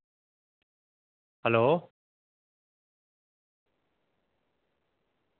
hello